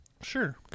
Sure